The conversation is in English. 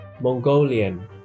Mongolian